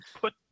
put